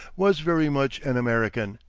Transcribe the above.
was very much an american.